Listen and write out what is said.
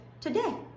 today